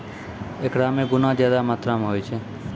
एकरा मे गुना ज्यादा मात्रा मे होय छै